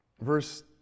verse